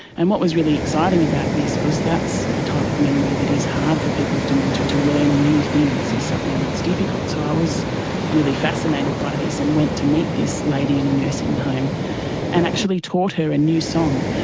and what was really exciting about this was that's a type of memory that is hard for people with dementia, to learn new things is something that's difficult. so i was really fascinated by this and went to meet this lady in the nursing home and actually taught her a new song.